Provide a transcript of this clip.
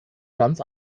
ganz